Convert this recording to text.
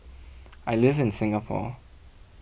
I live in Singapore